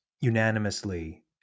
unanimously